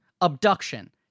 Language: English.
Abduction